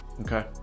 okay